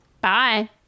bye